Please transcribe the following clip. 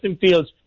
Fields